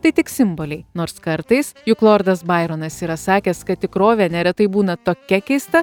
tai tik simboliai nors kartais juk lordas baironas yra sakęs kad tikrovė neretai būna tokia keista